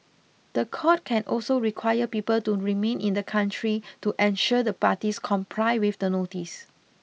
the court can also require people to remain in the country to ensure the parties comply with the notice